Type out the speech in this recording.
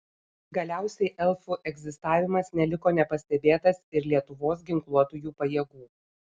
galiausiai elfų egzistavimas neliko nepastebėtas ir lietuvos ginkluotųjų pajėgų